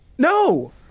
No